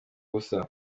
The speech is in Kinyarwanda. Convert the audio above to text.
ubusa